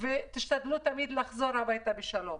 ותשתדלו תמיד לחזור הביתה בשלום.